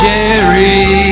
Jerry